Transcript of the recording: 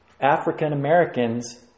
African-Americans